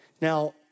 Now